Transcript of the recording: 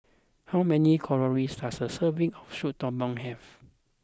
how many calories does a serving of Soup Tulang have